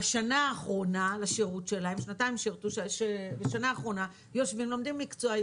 בשנה האחרונה לשירות שלהם, יושבים ולומדים מקצוע.